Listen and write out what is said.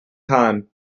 time